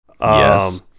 Yes